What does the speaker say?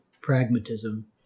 pragmatism